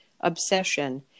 obsession